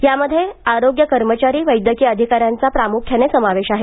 यामध्ये आरोग्य कर्मचारी वैद्यकीय अधिकाऱ्यांचा प्रामुख्याने समावेश आहे